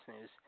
news